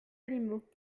animaux